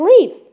leaves